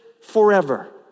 forever